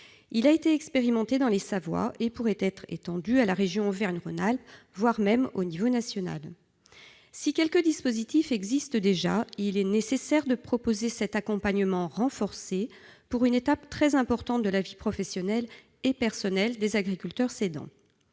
Il a été expérimenté dans les deux Savoie et pourrait être étendu à la région Auvergne-Rhône-Alpes, voire au niveau national. Si quelques dispositifs existent déjà, il est nécessaire de proposer cet accompagnement renforcé pour une étape très importante de la vie professionnelle et personnelle des agriculteurs cédants.